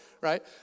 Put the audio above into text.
right